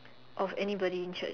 of anybody in Church